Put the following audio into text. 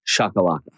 Shakalaka